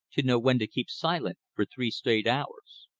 to know when to keep silent for three straight hours.